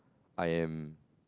I am